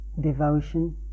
devotion